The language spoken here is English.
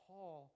Paul